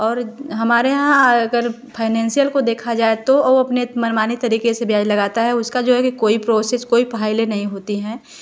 और हमारे यहाँ अगर फाइनेंसियल को देखा जाए तो वह अपनी मनमानी तरीके से ब्याज लगता है उसका जो है कोई प्रोसेस कोई फाइलें नहीं होती हैं